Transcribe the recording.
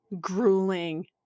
grueling